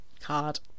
Card